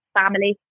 family